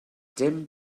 dim